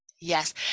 Yes